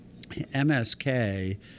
MSK